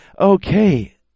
Okay